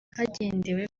hagendewe